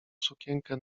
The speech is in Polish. sukienkę